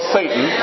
Satan